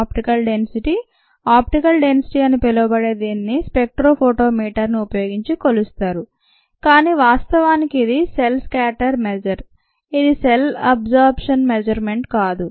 optical density optical డెన్సిటీఅని పిలవబడే దీనిని స్పెక్ట్రోఫోటోమీటర్ను ఉపయోగించి కొలుస్తారు కానీ వాస్తవానికి ఇది సెల్ స్కాటర్ మెజర్ ఇది సెల్ అబ్ జార్బెన్స్ మెజర్ కాదు